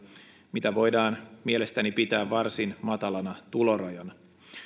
mitä voidaan mielestäni pitää varsin matalana tulorajana